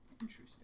Interesting